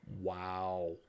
Wow